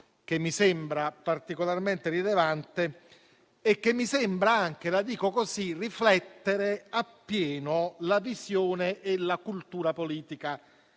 che mi sembra particolarmente rilevante e che mi sembra anche riflettere appieno la visione e la cultura politica